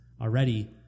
already